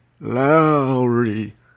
Lowry